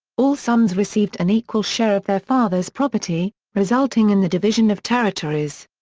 all sons received an equal share of their father's property, resulting in the division of territories.